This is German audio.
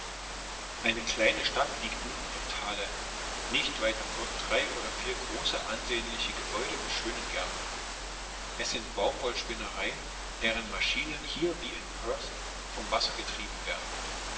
eine kleine stadt liegt mitten im tale nicht weit davon drei oder vier große ansehnliche gebäude mit schönen gärten es sind baumwollspinnereien deren maschinen hier wie in perth vom wasser getrieben werden